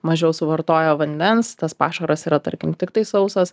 mažiau suvartoja vandens tas pašaras yra tarkim tiktai sausas